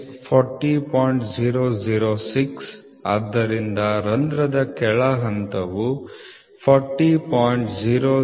006 ಆದ್ದರಿಂದ ರಂಧ್ರದ ಕೆಳ ಹಂತವು 40